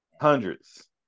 hundreds